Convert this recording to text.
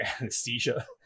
anesthesia